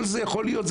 כל זה יכול להיות,